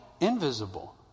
invisible